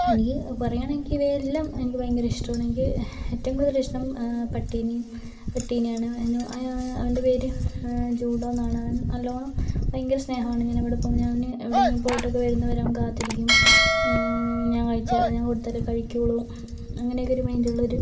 എനിക്ക് പയുകയാണെങ്കിൽ ഇവയെല്ലാം എനിക്ക് ഭയങ്കര ഇഷ്ടമാണ് എനിക്ക് ഏറ്റവും കൂടുതൽ ഇഷ്ടം പട്ടിയെയും പട്ടിനെയാണ് അയ് അ അവൻ്റെ പേര് ജൂഡോയെന്നാണ് അവൻ നല്ലവണ്ണം ഭയങ്കര സ്നേഹമാണ് ഞാൻ എവിടെ പോയാൽ എവിടെയെങ്കിലും പോയിട്ടൊക്കെ വരുന്നത് വരെ അവൻ കാത്തിരിക്കും ഞാൻ കഴിച്ച ഞാൻ കൊടുത്താലെ കഴിക്കുകയുള്ളൂ അങ്ങനെയൊക്കെയൊരു മൈൻഡുള്ള ഒരു